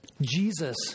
Jesus